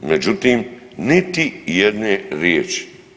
Međutim, niti jedne riječi.